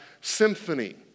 symphony